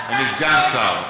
אני סגן שר.